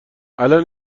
الان